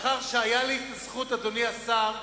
לאחר שהיתה לי הזכות, אדוני השר,